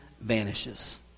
vanishes